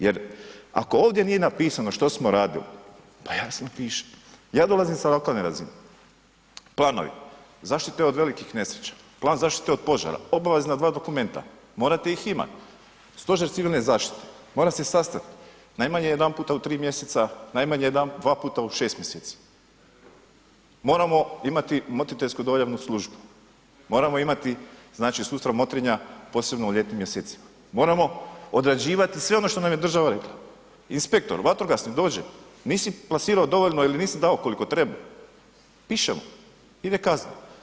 Jer ako ovdje nije napisano što smo radili, pa jasno piše, ja dolazim sa lokalne razine, planovi, zaštite od velikih nesreća, plan zaštite od požara, obavezna dva dokumenta, morate ih imat, stožer civilne zaštite mora se sastat najmanje jedanputa u tri mjeseca, najmanje dva puta u 6 mjeseci, moramo imati motriteljsku dojavnu službu, moramo imati znači sustav motrenja posebno u ljetnim mjesecima, moramo odrađivati sve ono što nam je država rekla, inspektor vatrogasni dođe, nisi plasirao dovoljno ili nisi dao koliko treba, pišemo, ide kazna.